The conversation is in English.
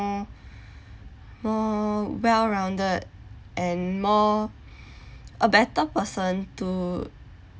more more well rounded and more a better person to